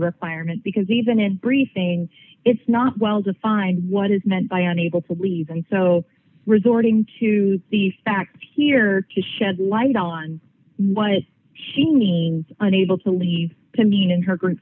requirement because even in briefing it's not well defined what is meant by an able to leave and so resorting to the fact here to shed light on what she means unable to lead to being in her